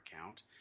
account